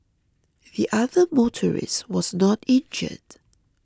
the other motorist was not injured